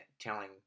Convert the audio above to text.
telling